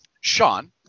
sean